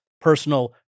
personal